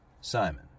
Simon